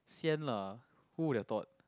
sian lah who their thought